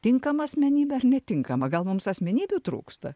tinkama asmenybė ar netinkama gal mums asmenybių trūksta